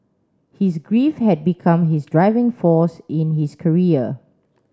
his grief had become his driving force in his career